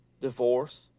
divorce